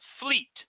fleet